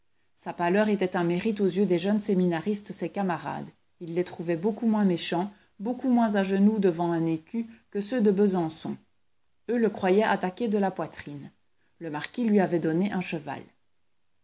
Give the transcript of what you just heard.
sa pâleur était un mérite aux yeux des jeunes séminaristes ses camarades il les trouvait beaucoup moins méchants beaucoup moins à genoux devant un écu que ceux de besançon eux le croyaient attaqué de la poitrine le marquis lui avait donné un cheval